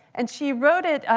and she wrote it,